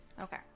Okay